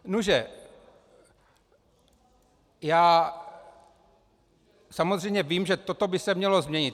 Nuže já samozřejmě vím, že toto by se mělo změnit.